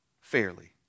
Fairly